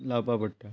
लावपा पडटा